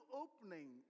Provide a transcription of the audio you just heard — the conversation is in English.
opening